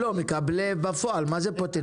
לא, מקבלים בפועל, מה זה פוטנציאל?